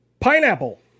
Pineapple